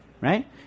Right